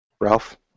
Ralph